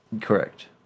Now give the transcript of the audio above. Correct